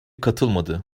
katılmadı